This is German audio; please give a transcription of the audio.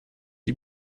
die